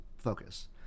focus